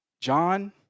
John